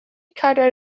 cadair